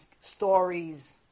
stories